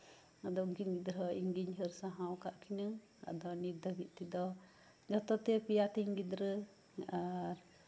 ᱟᱫᱚ ᱩᱱᱠᱤᱱ ᱜᱤᱫᱽᱨᱟᱹ ᱦᱚᱸ ᱤᱧ ᱜᱤᱧ ᱦᱟᱹᱨ ᱥᱟᱶᱦᱟᱣᱟᱠᱟᱫ ᱠᱤᱱᱟᱹ ᱟᱫᱚ ᱱᱤᱛ ᱫᱷᱟᱹᱨᱤᱡ ᱛᱮᱫᱚ ᱡᱷᱚᱛᱚ ᱛᱮ ᱯᱮᱭᱟ ᱛᱤᱧ ᱜᱤᱫᱽᱨᱟᱹ ᱟᱨ